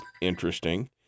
interesting